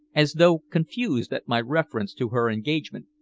as though confused at my reference to her engagement,